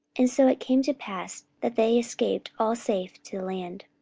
and so it came to pass, that they escaped all safe to land.